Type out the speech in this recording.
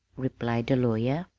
replied the lawyer.